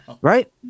Right